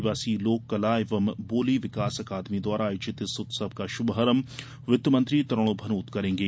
आदिवासी लोक कला एवं बोली विकास अकादमी द्वारा आयोजित इस उत्सव का शुभारंभ वित्त मंत्री तरुण भनोत करेंगे